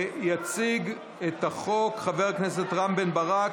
יציג את החוק חבר הכנסת רם בן ברק,